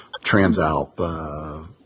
TransAlp